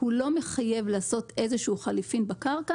כי הוא לא מחייב לעשות איזה שהוא חליפין בקרקע.